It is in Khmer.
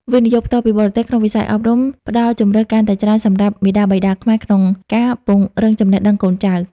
វិនិយោគផ្ទាល់ពីបរទេស ក្នុងវិស័យអប់រំ ផ្ដល់ជម្រើសកាន់តែច្រើនសម្រាប់មាតាបិតាខ្មែរក្នុងការពង្រឹងចំណេះដឹងកូនចៅ។